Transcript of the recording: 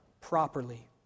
properly